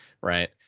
right